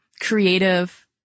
creative